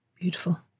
beautiful